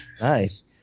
Nice